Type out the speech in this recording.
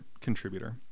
contributor